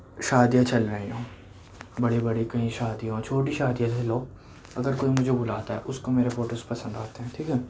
شادیاں چل رہی ہوں بڑی بڑی کہیں شادیاں چھوٹی شادیاں جیسے لوگ اگر کوئی مجھے بلاتا ہے اس کو میرے فوٹوز پسند آتے ہیں ٹھیک ہے